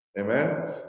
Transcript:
Amen